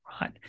right